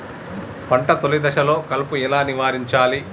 పంట తొలి దశలో కలుపు ఎలా నివారించాలి?